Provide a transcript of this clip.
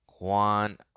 Juan